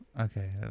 Okay